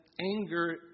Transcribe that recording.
anger